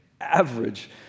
Average